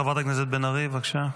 חברת הכנסת בן ארי, בבקשה.